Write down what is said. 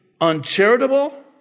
uncharitable